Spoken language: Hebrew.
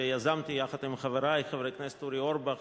שיזמתי יחד עם חברי חברי הכנסת אורי אורבך,